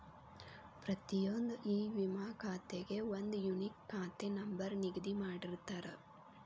ಪ್ರತಿಯೊಂದ್ ಇ ವಿಮಾ ಖಾತೆಗೆ ಒಂದ್ ಯೂನಿಕ್ ಖಾತೆ ನಂಬರ್ ನಿಗದಿ ಮಾಡಿರ್ತಾರ